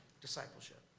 discipleship